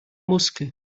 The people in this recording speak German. muskel